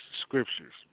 scriptures